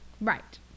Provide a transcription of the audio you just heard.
Right